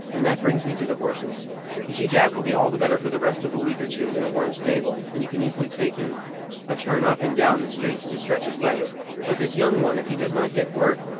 and that brings me to the horses you see jack will be all the better for the rest of a week or two in a warm stable, and you can easily take him a turn up and down the street to stretch his legs but this young one, if he does not get work,